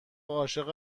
عاشق